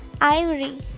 Ivory